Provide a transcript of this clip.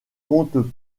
comptent